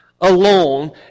alone